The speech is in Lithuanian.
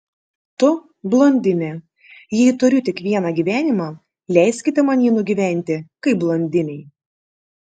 tu blondinė jei turiu tik vieną gyvenimą leiskite man jį nugyventi kaip blondinei